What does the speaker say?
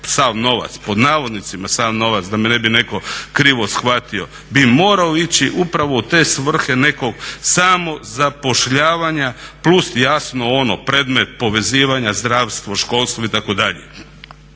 Sav novac, pod navodnicima sav novac, da me ne bi netko krivo shvatio, bi morao ići upravo u te svrhe nekog samozapošljavanja plus jasno predmet povezivanja zdravstvo, školstvo itd.